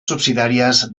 subsidiàries